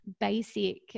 basic